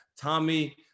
Tommy